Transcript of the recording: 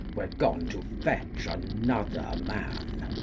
were gone to fetch another man.